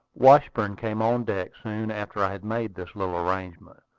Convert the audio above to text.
washburn came on deck soon after i had made this little arrangement.